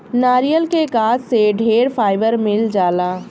नारियल के गाछ से ढेरे फाइबर मिल जाला